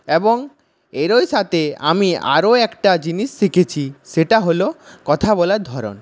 এবং এরও সাথে আমি আরও একটা জিনিস শিখেছি সেটা হল কথা বলার ধরন